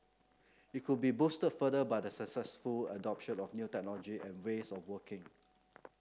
it could be boosted further by the successful adoption of new technology and ways of working